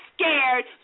scared